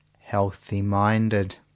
healthy-minded